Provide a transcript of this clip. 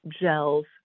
gels